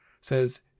says